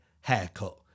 haircut